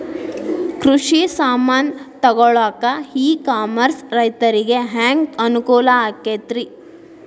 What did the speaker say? ಕೃಷಿ ಸಾಮಾನ್ ತಗೊಳಕ್ಕ ಇ ಕಾಮರ್ಸ್ ರೈತರಿಗೆ ಹ್ಯಾಂಗ್ ಅನುಕೂಲ ಆಕ್ಕೈತ್ರಿ?